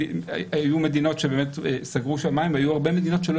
שהיו מדינות שסגרו שמים והיו הרבה מדינות שלא